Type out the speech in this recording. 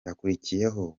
akurikiyeho